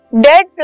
dead